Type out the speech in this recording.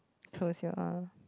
close your err